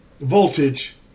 voltage